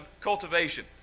cultivation